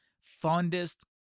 fondest